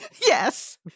yes